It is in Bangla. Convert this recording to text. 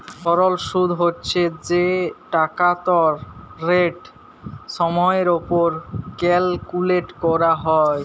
সরল সুদ্ হছে যে টাকাটর রেট সময়ের উপর ক্যালকুলেট ক্যরা হ্যয়